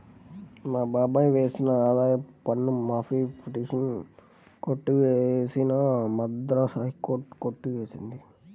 మా బాబాయ్ వేసిన ఆదాయపు పన్ను మాఫీ పిటిషన్ కొట్టివేసిన మద్రాస్ హైకోర్టు కొట్టి వేసింది